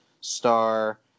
star